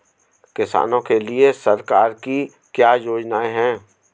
किसानों के लिए सरकार की क्या योजनाएं हैं?